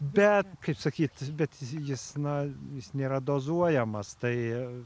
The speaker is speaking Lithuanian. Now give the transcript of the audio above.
bet kaip sakyt bet jis na jis nėra dozuojamas tai